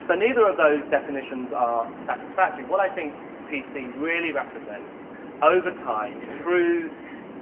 so, neither of those definitions are satisfactory. what i think p c. really represents over time through